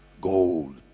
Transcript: gold